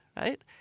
right